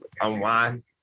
Unwind